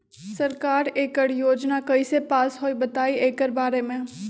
सरकार एकड़ योजना कईसे पास होई बताई एकर बारे मे?